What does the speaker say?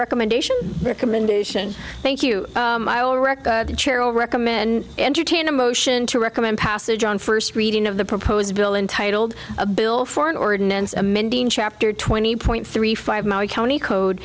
recommendation recommendation thank you chair all recommend entertain a motion to recommend passage on first reading of the proposed bill intitled a bill for an ordinance amending chapter twenty point three five mile county code